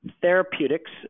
Therapeutics